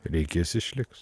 reikės išliks